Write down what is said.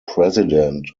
president